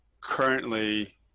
currently